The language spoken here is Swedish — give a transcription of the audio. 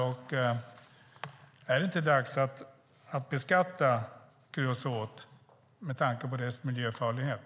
Och är det inte dags att beskatta kreosot med tanke på dess miljöfarlighet?